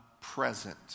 present